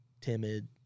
timid